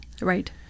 right